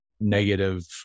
negative